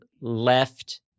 left